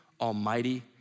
almighty